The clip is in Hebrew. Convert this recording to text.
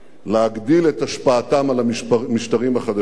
להגדיל את השפעתן על המשטרים החדשים,